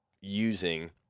using